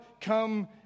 come